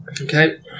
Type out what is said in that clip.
Okay